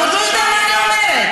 ולא 3. אתה עוד לא יודע מה אני אומרת,